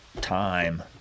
time